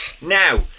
Now